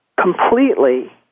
completely